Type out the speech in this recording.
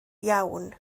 iawn